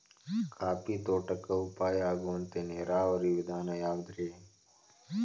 Coffee ತೋಟಕ್ಕ ಉಪಾಯ ಆಗುವಂತ ನೇರಾವರಿ ವಿಧಾನ ಯಾವುದ್ರೇ?